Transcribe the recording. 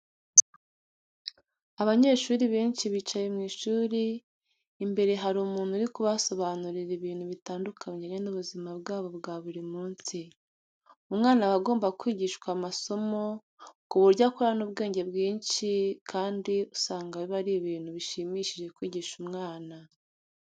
Abanyeshuri benshi bicaye mu ishuri, imbere hari umuntu uri kubasobanurira ibintu bitandukanye bijyanye n'ubuzima bwabo bwa buri munsi. Umwana aba agomba kwigishwa amasomo ku buryo akurana ubwenge bwinshi kandi usanga biba ari ibintu bishimishije kwigisha umwana.